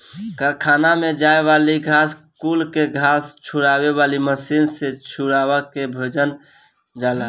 कारखाना में जाए वाली घास कुल के घास झुरवावे वाली मशीन से झुरवा के भेजल जाला